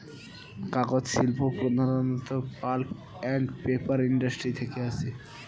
কাগজ শিল্প প্রধানত পাল্প অ্যান্ড পেপার ইন্ডাস্ট্রি থেকে আসে